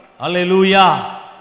Hallelujah